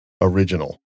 original